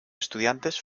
estudiantes